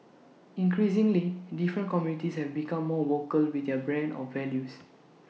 increasingly different communities have become more vocal with their brand of values